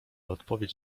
odpowiedź